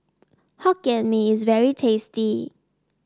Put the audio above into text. Hokkien Mee is very tasty